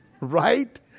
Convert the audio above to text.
Right